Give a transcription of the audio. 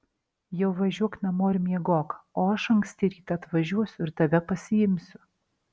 jau važiuok namo ir miegok o aš anksti rytą atvažiuosiu ir tave pasiimsiu